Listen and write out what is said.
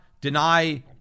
deny